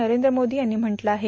नरेद्र मोदी यांनी म्हटलं आहे